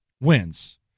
wins